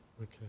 Okay